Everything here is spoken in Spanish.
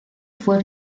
fue